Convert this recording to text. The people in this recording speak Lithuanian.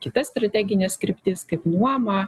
kitas strategines kryptis kaip nuomą